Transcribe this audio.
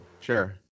Sure